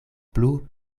plu